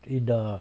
in the